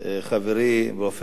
חברי פרופסור